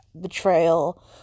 betrayal